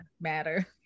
matter